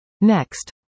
Next